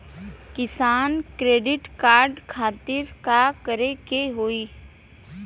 किसान credit card खातिर का करे के होई?